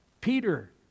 Peter